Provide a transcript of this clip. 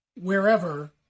wherever